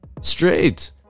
Straight